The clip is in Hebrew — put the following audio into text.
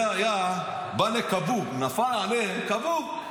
זה בא לכבוב, נפל על כבוב.